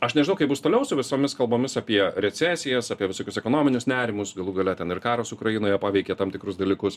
aš nežinau kaip bus toliau su visomis kalbomis apie recesijas apie visokius ekonominius nerimus galų gale ten ir karas ukrainoje paveikė tam tikrus dalykus